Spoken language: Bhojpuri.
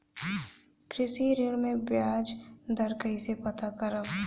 कृषि ऋण में बयाज दर कइसे पता करब?